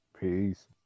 Peace